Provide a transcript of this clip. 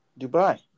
Dubai